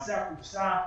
למעשה הקופסה הראשונה,